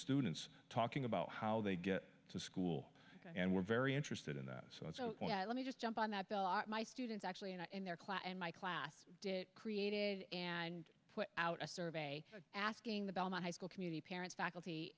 students talking about how they get to school and we're very interested in that so it's oh let me just jump on that bill on my students actually and in their class and my class created and put out a survey asking the belmont high school community parents faculty